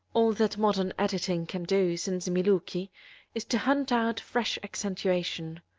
all that modern editing can do since miluki is to hunt out fresh accentuation.